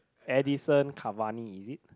Edison-Cavani is it